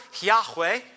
Yahweh